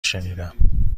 شنیدم